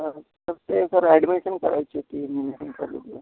हां सर ते sir admission करायची होती इंजिनियरिंगसाठीची